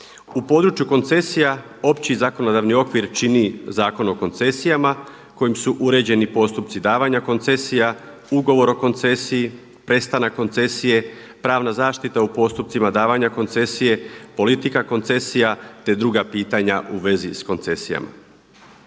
U području koncesija opći zakonodavni okvir čini Zakon o koncesijama kojim su uređeni postupci davanja koncesija, ugovor o koncesiji, prestanak koncesije, pravna zaštita u postupcima davanja koncesije, politika koncesija, te druga pitanja u vezi s koncesijama.